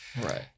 Right